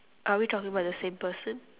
are we talking about the same person